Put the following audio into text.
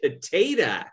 potato